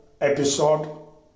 episode